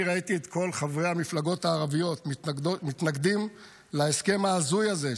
אני ראיתי את כל חברי המפלגות הערביות מתנגדים להסכם ההזוי הזה,